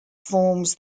forms